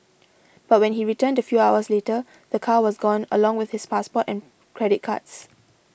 but when he returned a few hours later the car was gone along with his passport and credit cards